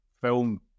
film